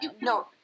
No